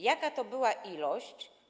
Jaka to była ilość?